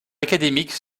académiques